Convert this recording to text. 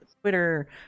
Twitter